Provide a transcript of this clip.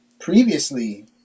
previously